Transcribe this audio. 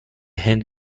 هند